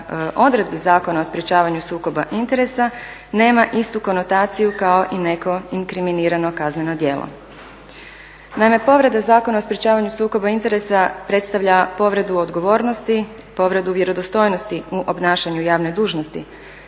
odredbi Zakona o sprečavanju sukoba interesa nema istu konotaciju kao i neko inkriminirano kazneno djelo. Naime, povreda Zakona o sprečavanju sukoba interesa predstavlja povredu odgovornost, povredu vjerodostojnosti u obnašanju javne dužnosti